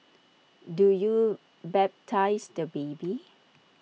do you baptise the baby